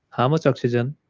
how much oxygen,